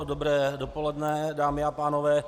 Dobré dopoledne, dámy a pánové.